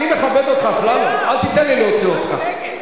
אני מכבד אותך, אפללו, אל תיתן לי להוציא אותך.